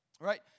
Right